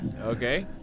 okay